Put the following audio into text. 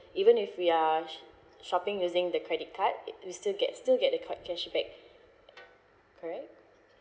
even if we are sh~ shopping using the credit card it we still get still get the card cashback correct